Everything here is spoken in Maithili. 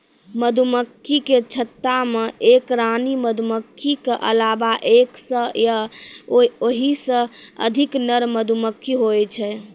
मधुमक्खी के छत्ता मे एक रानी मधुमक्खी के अलावा एक सै या ओहिसे अधिक नर मधुमक्खी हुवै छै